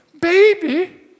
baby